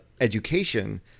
education